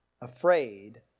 afraid